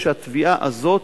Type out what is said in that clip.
שהתביעה הזאת,